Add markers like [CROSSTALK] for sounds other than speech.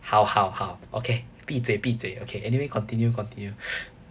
好好好 okay 闭嘴闭嘴 okay anyway continue continue [BREATH]